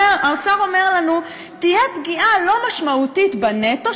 האוצר אומר לנו שתהיה פגיעה לא משמעותית בנטו,